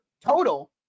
total